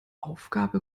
aufgabe